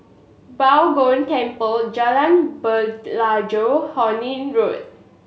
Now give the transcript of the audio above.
Bao Gong Temple Jalan Pelajau Horne Road